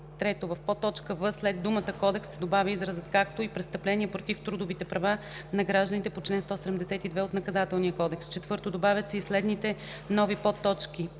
з); 3. в подточка в) след думата „кодекс” се добавя изразът „както и престъпления против трудовите права на гражданите по чл. 172 от Наказателния кодекс”; 4. добавят се и следните нови подточки: